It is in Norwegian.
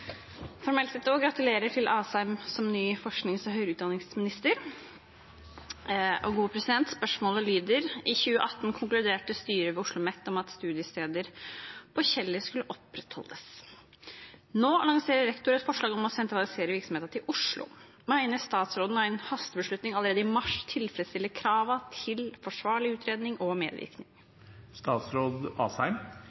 formelt sett også: Gratulerer til Asheim som ny forsknings- og høyere utdanningsminister. Spørsmålet mitt lyder: «I 2018 konkluderte styret ved OsloMet med at studiestedet på Kjeller skulle opprettholdes. Nå lanserer rektor et forslag om å sentralisere virksomheten til Oslo. Mener statsråden en hastebeslutning allerede i mars tilfredsstiller kravene til forsvarlig utredning og medvirkning?»